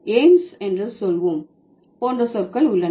AIIMS என்று சொல்வோம் போன்ற சொற்கள் உள்ளன